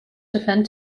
defend